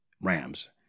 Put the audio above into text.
Rams